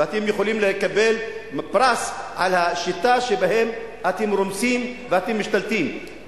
ואתם יכולים לקבל פרס על השיטה שבה אתם רומסים ואתם משתלטים.